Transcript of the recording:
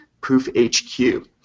ProofHQ